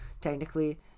technically